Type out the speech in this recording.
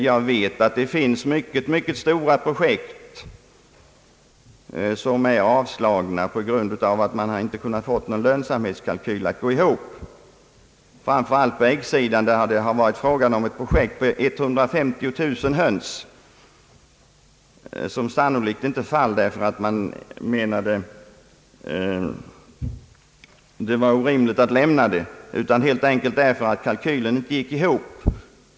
Jag vet att mycket stora projekt har avslagits på grund av att man inte kunnat få lönsamhetskalkylen att gå ihop. Det gäller framför allt på äggsidan, där det har varit fråga om ett projekt på 150 000 höns. Detta projekt föll sannolikt igenom inte därför att man menade att det var orimligt att lämna stöd, utan helt enkelt därför att kalkylen inte gick ihop.